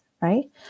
right